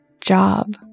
job